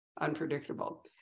unpredictable